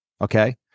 okay